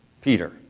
Peter